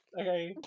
okay